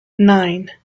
nine